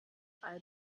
all